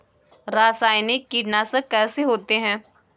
रासायनिक कीटनाशक कैसे होते हैं?